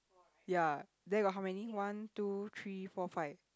ya there got how many one two three four five